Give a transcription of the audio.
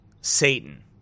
Satan